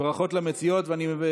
ובכן,